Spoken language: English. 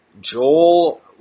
Joel